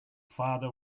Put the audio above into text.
father